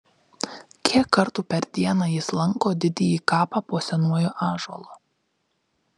kiek kartų per dieną jis lanko didįjį kapą po senuoju ąžuolu